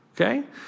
Okay